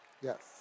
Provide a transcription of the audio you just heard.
Yes